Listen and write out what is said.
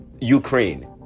Ukraine